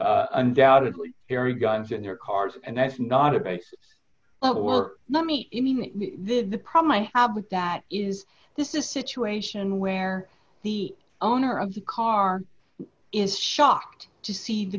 undoubtedly carry guns in their cars and that's not a basis but we're not me this is the problem i have with that is this a situation where the owner of the car is shocked to see the